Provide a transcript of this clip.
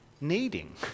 needing